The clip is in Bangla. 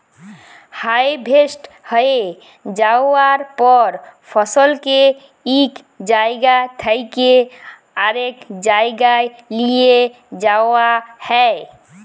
হারভেস্ট হঁয়ে যাউয়ার পর ফসলকে ইক জাইগা থ্যাইকে আরেক জাইগায় লিঁয়ে যাউয়া হ্যয়